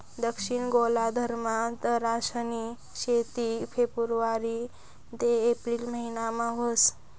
दक्षिण गोलार्धमा दराक्षनी शेती फेब्रुवारी ते एप्रिल महिनामा व्हस